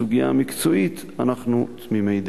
בסוגיה המקצועית אנחנו תמימי דעים.